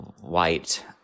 white